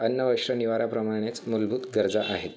अन्न वस्त्र निवाराप्रमाणेच मूलभूत गरजा आहेत